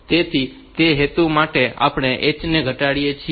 તેથી તે હેતુ માટે આપણે H ને ઘટાડીએ છીએ